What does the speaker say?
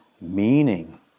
meaning